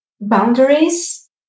boundaries